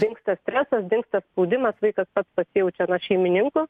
dingsta stresas dingsta spaudimas vaikas pasijaučia na šeimininku